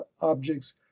objects